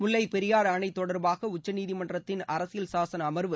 முல்லைப்பெரியாறு அணை தொடர்பாக உச்சநீதிமன்றத்தின் அரசியல் சாசன அமர்வு